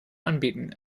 anbieten